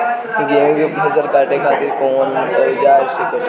गेहूं के फसल काटे खातिर कोवन औजार से कटी?